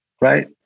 Right